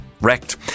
wrecked